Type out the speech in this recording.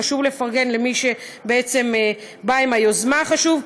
חשוב לפרגן למי שבעצם בא עם היוזמה החשובה.